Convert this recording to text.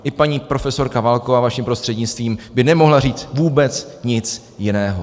I paní profesorka Válková, vaším prostřednictvím, by nemohla říct vůbec nic jiného.